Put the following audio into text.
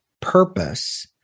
purpose